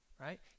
right